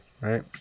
right